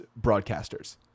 broadcasters